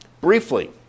Briefly